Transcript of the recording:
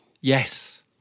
yes